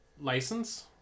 license